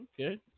Okay